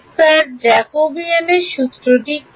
ছাত্র স্যার জ্যাকবীয়ানের সূত্র কী